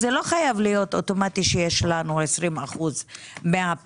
לא חייב להיות אוטומטי שיש לנו 20% מהפרסומים.